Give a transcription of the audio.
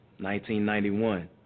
1991